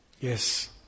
Yes